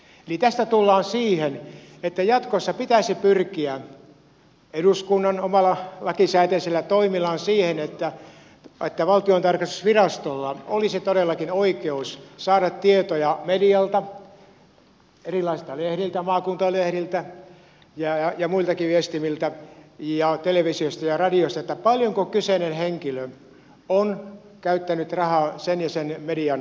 eli tästä tullaan siihen että jatkossa pitäisi eduskunnan pyrkiä omalla lakisääteisellä toimellaan siihen että valtiontalouden tarkastusvirastolla olisi todellakin oikeus saada tietoja medialta erilaisilta lehdiltä maakuntalehdiltä ja muiltakin viestimiltä ja televisiosta ja radiosta että paljonko kyseinen henkilö on käyttänyt rahaa sen ja sen median toimesta